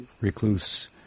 recluse